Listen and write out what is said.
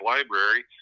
Library